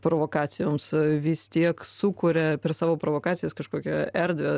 provokacijoms vis tiek sukuria per savo provokacijas kažkokią erdvę